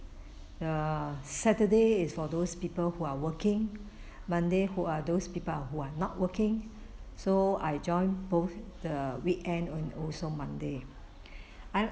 the saturday is for those people who are working monday who are those people who are not working so I join both the weekend and also monday